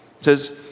says